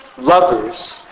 lovers